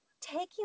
taking